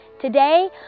Today